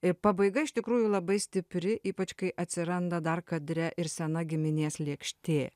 ir pabaiga iš tikrųjų labai stipri ypač kai atsiranda dar kadre ir sena giminės lėkštė